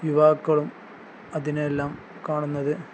യുവാക്കളും അതിനെയെല്ലാം കാണുന്നത്